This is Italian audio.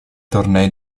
tornei